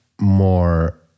more